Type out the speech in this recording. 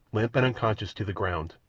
limp and unconscious, to the ground.